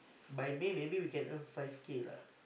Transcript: buy May maybe we can earn five K lah